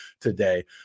today